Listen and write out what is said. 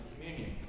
Communion